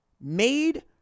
made